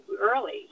early